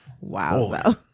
Wow